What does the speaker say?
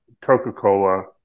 Coca-Cola